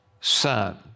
son